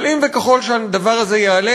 אבל אם וככל שהדבר הזה יעלה,